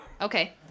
Okay